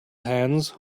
hands